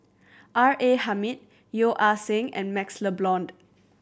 R A Hamid Yeo Ah Seng and MaxLe Blond